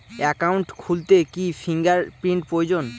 Account খুলতে কি finger print প্রয়োজন?